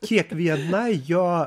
kiekviena jo